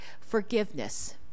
forgiveness